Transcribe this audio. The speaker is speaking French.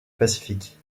pacifique